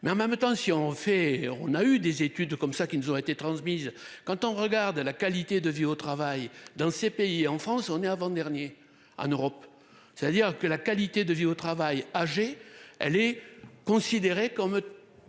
mais en même temps si on en fait on a eu des études comme ça qui nous ont été transmises. Quand on regarde la qualité de vie au travail dans ces pays et en France on est avant-dernier en Europe. C'est-à-dire que la qualité de vie au travail, âgée elle est considérée comme.